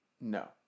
No